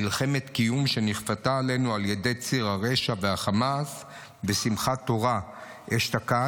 מלחמת קיום שנכפתה עלינו על ידי ציר הרשע והחמאס בשמחת תורה אשתקד,